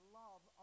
love